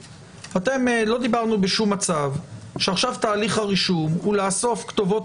לא דיברנו בשום מצב שעכשיו תהליך הרישום הוא לאסוף כתובות